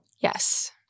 Yes